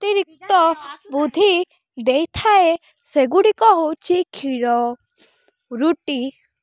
ଅତିରିକ୍ତ ବୁଦ୍ଧି ଦେଇଥାଏ ସେଗୁଡିକ ହେଉଛି କ୍ଷୀର ରୁଟି